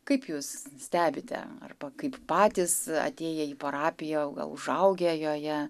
kaip jūs stebite arba kaip patys atėję į parapiją o gal užaugę joje